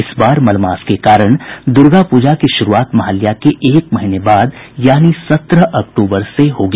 इस बार मलमास के कारण दुर्गापूजा की शुरुआत महालया के एक महीने बाद यानी सत्रह अक्टूबर से होगी